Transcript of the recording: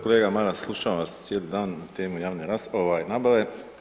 Kolega Maras slušam vas cijeli dan o temi javne nabave.